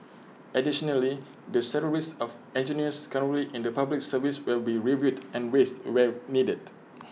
additionally the salaries of engineers currently in the Public Service will be reviewed and raised where needed